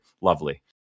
Lovely